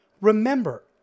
Remember